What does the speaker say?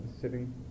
sitting